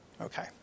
Okay